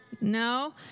No